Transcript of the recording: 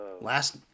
Last